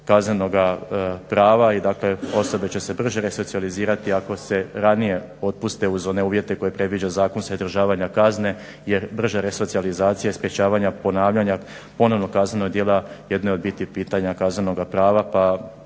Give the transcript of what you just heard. kaznenoga prava i dakle, osobe će se brže resocijalizirati ako se ranije otpuste uz one uvjete koje predviđa zakon za izdržavanje kazne. Jer brže resocijalizacije sprječavanja ponavljanja ponovnog kaznenog djela jedno je od bitnih pitanja kaznenoga prava